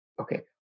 okay